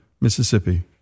mississippi